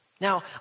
Now